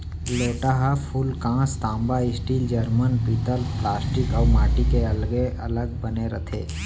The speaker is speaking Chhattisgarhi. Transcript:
लोटा ह फूलकांस, तांबा, स्टील, जरमन, पीतल प्लास्टिक अउ माटी के अलगे अलग बने रथे